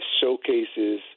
showcases